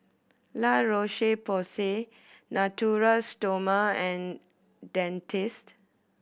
La Roche Porsay Natura Stoma and Dentiste